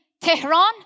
Tehran